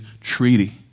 treaty